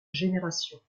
générations